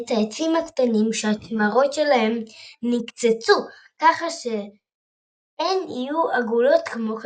ואת העצים הקטנים שהצמרות שלהן נקצצו ככה שהן יהיו עגלות כמו כדורסל.